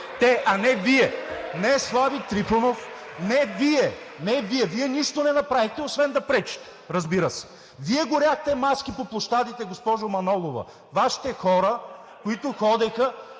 смях от ИТН.) Не Слави Трифонов, не Вие! Не Вие! Вие нищо не направихме, освен да пречите, разбира се. Вие горяхте маски по площадите, госпожо Манолова. Вашите хора, които ходеха